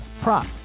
prop